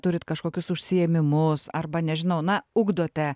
turit kažkokius užsiėmimus arba nežinau na ugdote